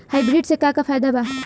Hybrid से का का फायदा बा?